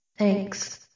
Thanks